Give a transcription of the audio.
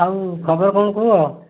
ଆଉ ଖବର କ'ଣ କୁହ